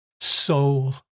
soul